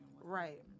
Right